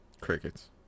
Crickets